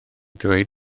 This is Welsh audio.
dweud